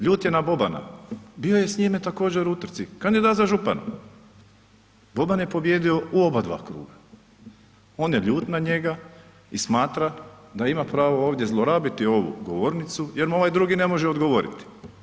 Ljut je na Bobana, bio je s njime također u utrci, kandidat za župana, Boban je pobijedio u obadva kruga, on je ljut na njega i smatra da ima pravo ovdje zlorabiti ovu govornicu jer mu ovaj drugi ne može odgovoriti.